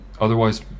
otherwise